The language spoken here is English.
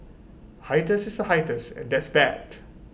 hiatus is A hiatus and that's bad